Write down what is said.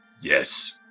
Yes